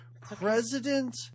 President